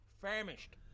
Famished